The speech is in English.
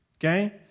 okay